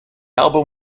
album